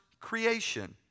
creation